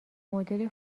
مدل